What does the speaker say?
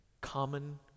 common